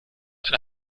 eine